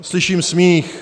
Slyším smích.